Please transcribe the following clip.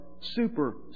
super